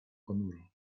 ponuro